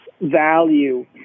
value